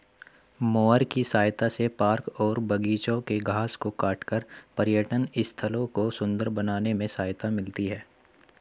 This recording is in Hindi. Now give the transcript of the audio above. मोअर की सहायता से पार्क और बागिचों के घास को काटकर पर्यटन स्थलों को सुन्दर बनाने में सहायता मिलती है